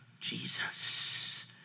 Jesus